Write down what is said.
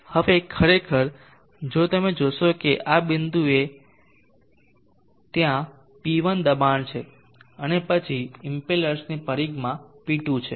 હવે ખરેખર જો તમે જોશો કે આ બિંદુએ ત્યાં P1 દબાણ છે અને પછી ઇમ્પેલર્સની પરિઘમાં P2 છે